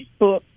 Facebook